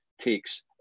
takes